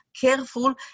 careful